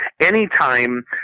anytime